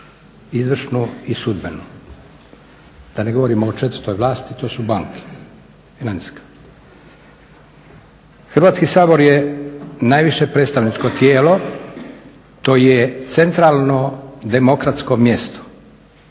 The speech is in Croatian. izvršnu i sudbenu. Da ne govorim o četvrtoj vlasti, a to su banke - financijska. Hrvatski sabor je najviše predstavničko tijelo, to je centralno demokratsko mjesto